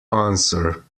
answer